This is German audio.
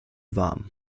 warm